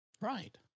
Right